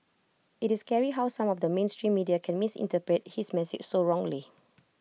IT is scary how some of the mainstream media can misinterpret his message so wrongly